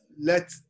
let